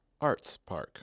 artspark